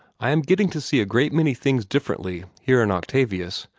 i am getting to see a great many things differently, here in octavius.